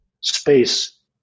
space